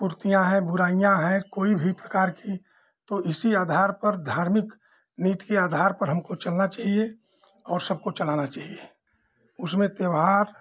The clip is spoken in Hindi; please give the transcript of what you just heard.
कुरीतियाँ हैं बुराइयाँ हैं कोई भी प्रकार की तो इसी आधार पर धार्मिक नीति के आधार पर हमको चलना चाहिए और सबको चलाना चाहिए उसमें त्योहार